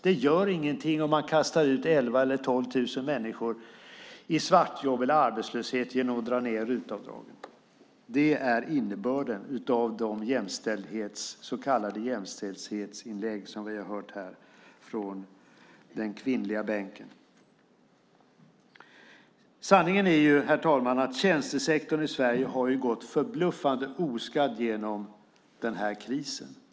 Det gör ingenting om man kastar ut 11 000-12 000 människor i svartjobb eller arbetslöshet genom att dra ned på RUT-avdragen. Det är innebörden i de så kallade jämställdhetsinläggen vi här hört från den kvinnliga bänken. Sanningen är, herr talman, att tjänstesektorn i Sverige gått förbluffande oskadd genom krisen.